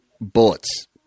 bullets